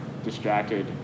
distracted